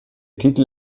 titel